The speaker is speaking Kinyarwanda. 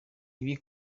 ibi